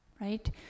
right